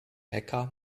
hacker